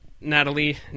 Natalie